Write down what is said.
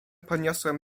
podniosłem